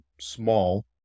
small